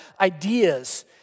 ideas